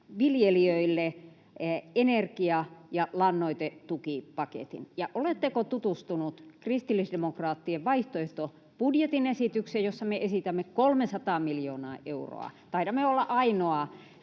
viljelijöille energia- ja lannoitetukipaketin? Ja oletteko tutustunut kristillisdemokraattien vaihtoehtobudjetin esitykseen, jossa me esitämme 300:aa miljoonaa euroa? Taidamme olla ainoa